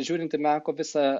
žiūrint į meko visą